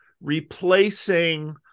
replacing